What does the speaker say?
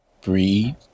breathe